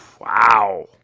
Wow